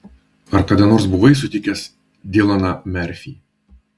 ar kada nors buvai sutikęs dilaną merfį